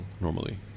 normally